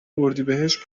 اردیبهشت